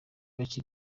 bake